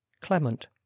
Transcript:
clement